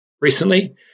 recently